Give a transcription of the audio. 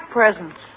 presents